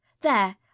There